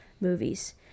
movies